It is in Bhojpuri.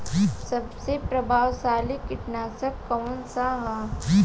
सबसे प्रभावशाली कीटनाशक कउन सा ह?